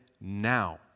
now